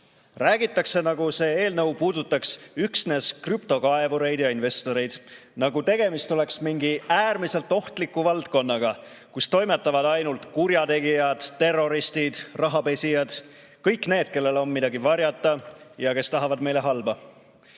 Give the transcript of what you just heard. Räägitakse, nagu see eelnõu puudutaks üksnes krüptokaevureid ja investoreid. Nagu tegemist oleks mingi äärmiselt ohtliku valdkonnaga, kus toimetavad ainult kurjategijad, terroristid – rahapesijad – kõik need, kellel on midagi varjata ja kes tahavad meile halba.